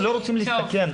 אנחנו לא רוצים לסכן,